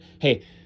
hey